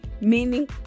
meaning